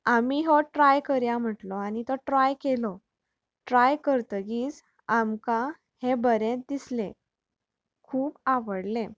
आमी हो ट्राय करया म्हटलो आनी ट्राय केलो ट्राय करतगीच आमका हें बरें दिसलें खूब आवडलें